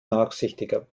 nachsichtiger